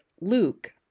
Luke